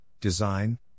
design